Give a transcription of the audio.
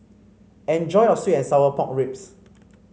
enjoy your sweet and Sour Pork Ribs